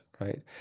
right